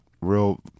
real